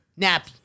Nappy